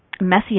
Messy